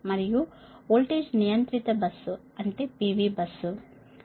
మరియు వోల్టేజ్ నియంత్రిత బస్సు అంటే P V బస్సు సరేనా